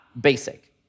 basic